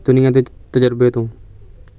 ਦੁਨੀਆਂ ਦੇ ਤਜ਼ਰਬੇ ਤੋਂ